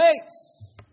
place